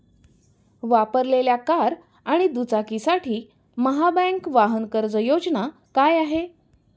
वापरलेल्या कार आणि दुचाकीसाठी महाबँक वाहन कर्ज योजना काय आहे?